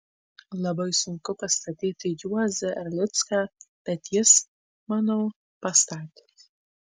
labai sunku pastatyti juozą erlicką bet jis manau pastatė